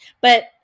but-